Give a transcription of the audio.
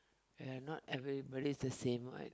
ya not everybody is the same what